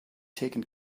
taken